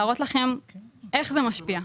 להראות לכם איך זה משפיע.